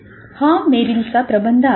हा मेरीलचा प्रबंध आहे